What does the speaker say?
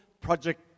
Project